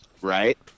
right